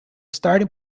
starting